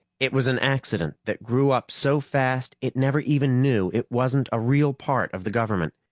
it was an accident that grew up so fast it never even knew it wasn't a real part of the government.